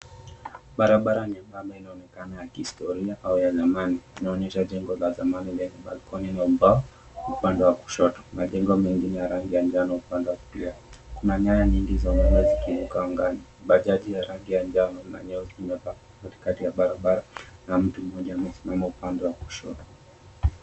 Barabara nyembamba inaonekana ya kihistoria au ya zamani. Inaonyesha jengo za zamani zenye mbao upande wa kushoto. Majengo mengine yenye rangi ya njano upande wa kulia. Kuna nyaya nyingi za umeme zivuka angani. Bajaji ya rangi nyeusi na njano imesimama katikati ya barabara na mtu mmoja amesimama upande wa kushoto.